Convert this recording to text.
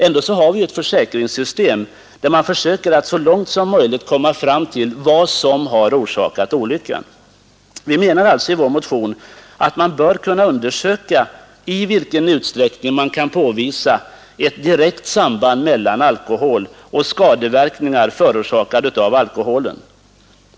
Ändå har vi ett försäkringssystem där man försöker att så långt som möjligt komma fram till vad som har orsakat olyckan. Vi menar alltså i vår motion att man bör kunna undersöka i vilken utsträckning ett direkt samband kan påvisas mellan alkohol och skadeverkningar förorsakade av alkohol.